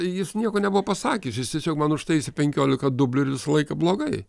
jis nieko nebuvo pasakęs jis tiesiog man užtaisė penkiolika dublių ir visą laiką blogai